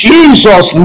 Jesus